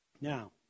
Now